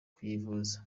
kuyivuza